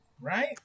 Right